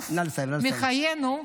לעוף מחיינו,